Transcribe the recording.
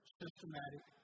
systematic